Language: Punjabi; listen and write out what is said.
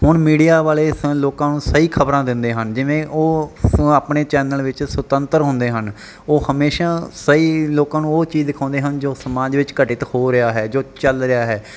ਹੁਣ ਮੀਡੀਆ ਵਾਲੇ ਸ ਲੋਕਾਂ ਨੂੰ ਸਹੀ ਖਬਰਾਂ ਦਿੰਦੇ ਹਨ ਜਿਵੇਂ ਉਹ ਆਪਣੇ ਚੈਨਲ ਵਿੱਚ ਸੁਤੰਤਰ ਹੁੰਦੇ ਹਨ ਉਹ ਹਮੇਸ਼ਾ ਸਹੀ ਲੋਕਾਂ ਨੂੰ ਉਹ ਚੀਜ਼ ਦਿਖਾਉਂਦੇ ਹਨ ਜੋ ਸਮਾਜ ਵਿੱਚ ਘਟਿਤ ਹੋ ਰਿਹਾ ਹੈ ਜੋ ਚੱਲ ਰਿਹਾ ਹੈ